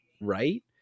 right